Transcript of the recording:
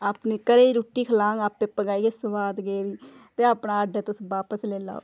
अपने घरै दी रुट्टी खलाङ आपै पकाइयै सोआद गेदी ते अपना आर्डर तुस बापस लेई लैओ